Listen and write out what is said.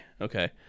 Okay